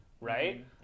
Right